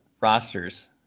rosters